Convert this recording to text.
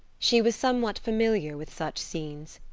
she was somewhat familiar with such scenes.